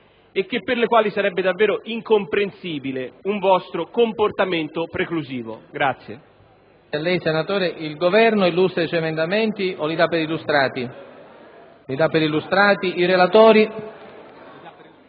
e per le quali sarebbe davvero incomprensibile un vostro comportamento preclusivo.